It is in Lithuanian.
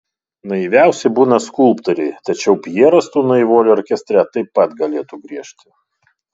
naiviausi būna skulptoriai tačiau pjeras tų naivuolių orkestre taip pat galėtų griežti